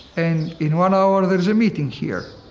and in one hour, there's a meeting here.